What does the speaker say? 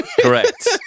Correct